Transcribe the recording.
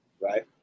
Right